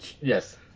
Yes